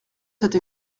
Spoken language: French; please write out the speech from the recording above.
cette